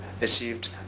achieved